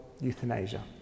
euthanasia